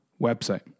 website